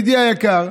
ידידי היקר,